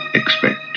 expect